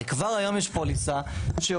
הרי כבר היום יש פוליסה שעולה,